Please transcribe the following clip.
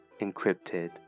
encrypted